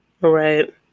Right